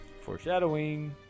Foreshadowing